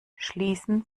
schließen